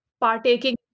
partaking